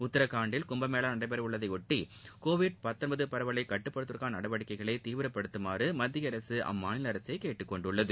உத்திரகாண்ட்டில் கும்பமேளா நடைபெற உள்ளதையொட்டி கோவிட் கட்டுப்படுத்துவதற்கான நடவடிக்கைகளை தீவிரப்படுத்துமாறு மத்திய அரசு அம்மாநில அரசை கேட்டுக்கொண்டுள்ளது